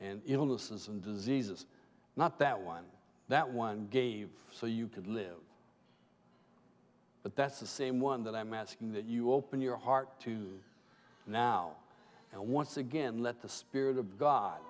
and illnesses and diseases not that one that one gave so you could live but that's the same one that i am asking that you open your heart to now and once again let the spirit of god